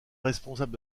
responsable